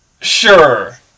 Sure